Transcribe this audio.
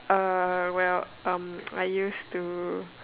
well I um I used to